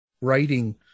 writing